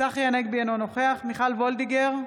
צחי הנגבי, אינו נוכח מיכל וולדיגר,